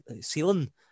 ceiling